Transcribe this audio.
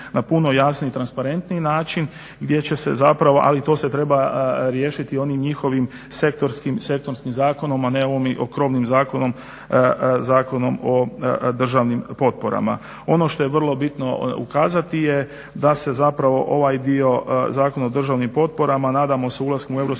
na puno jasniji i transparentni način gdje će se ali to se treba riješiti onim njihovim sektorskim zakonom, a ne ovim krovnim zakonom, Zakonom o državnim potporama. Ono što je vrlo bitno ukazati je da se zapravo ovaj dio Zakona o državnim potporama nadamo se ulaskom u Europsku